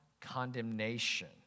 condemnation